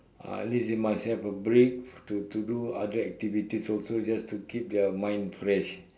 ah at least you must have a beak to to do other activities also just to keep the mind fresh